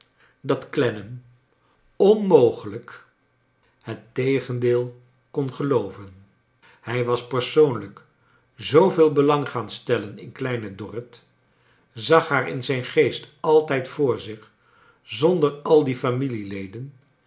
dat clennam onmogelijk het tegendeel kon gelooven hij was persoonlijk zooveel belang gaan stellen in kleine dorrit zag haar in zijn geest altijd voor zich zonder al die familieleden